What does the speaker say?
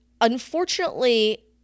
unfortunately